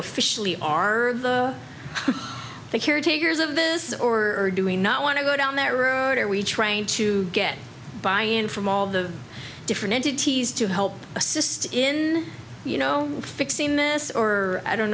officially are the caretakers of this or do we not want to go down that road are we trying to get buy in from all the different entities to help assist in you know fixing this or i don't